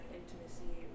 intimacy